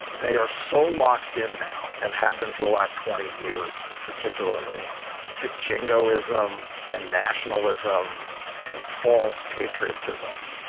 they are so locked in now and have been for the last twenty years, particularly to jingoism and nationalism and false patriotism,